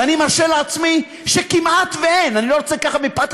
ואני מרשה לעצמי לומר שכמעט אין מישהו,